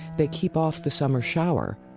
they keep off the summer shower,